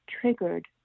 triggered